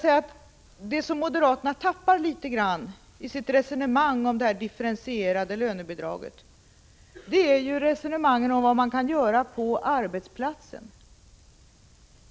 Vad moderaterna missar i sitt resonemang om ett differentierat lönebidrag är vad de handikappade kan göra på arbetsplatsen.